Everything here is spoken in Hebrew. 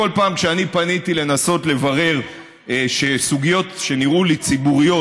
כל פעם שאני פניתי לנסות לברר סוגיות שנראו לי ציבוריות,